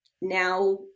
now